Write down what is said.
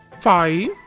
five